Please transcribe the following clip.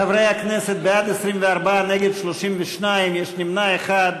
חברי הכנסת, בעד, 24, נגד, 32, יש נמנע אחד.